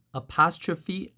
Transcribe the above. apostrophe